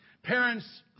Parents